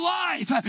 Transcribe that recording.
life